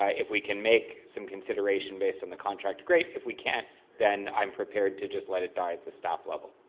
ah if we can make some consideration based on contract great, if we can't then i'm prepared to just let it die at the staff level.